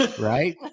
right